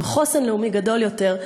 עם חוסן לאומי גדול יותר,